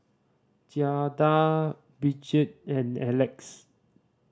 Jaida Bridgett and Alex